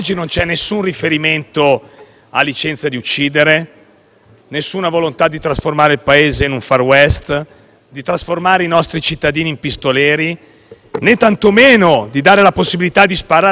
Questo è un provvedimento equilibrato, di buon senso, che sancisce un sacrosanto diritto che è quello di potersi sempre difendere in casa propria.